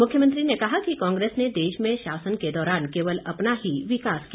मुख्यमंत्री ने कहा कि कांग्रेस ने देश में शासन के दौरान केवल अपना ही विकास किया